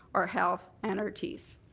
our health and our teeth.